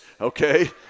okay